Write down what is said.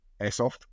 Airsoft